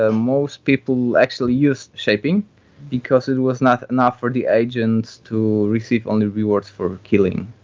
ah most people actually used shaping because it was not enough for the agent to receive only rewards for killing.